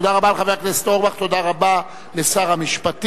תודה רבה לחבר הכנסת אורבך, תודה רבה לשר המשפטים.